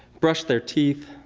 brushed their teeth,